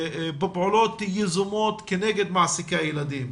בפעולות יזומות כנגד מעסקי הילדים,